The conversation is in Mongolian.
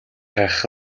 хайх